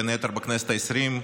בין היתר בכנסת העשרים,